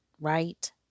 right